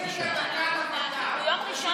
אז אני מבקשת שתוציא אותם, משום שאני